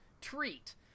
treat